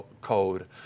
code